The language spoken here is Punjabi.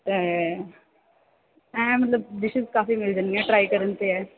ਐਂ ਮਤਲਬ ਡਿਸ਼ਜ਼ ਕਾਫ਼ੀ ਮਿਲ ਜਾਂਦੀਆਂ ਟਰਾਈ ਕਰਨ 'ਤੇ ਹੈ